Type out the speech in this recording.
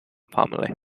family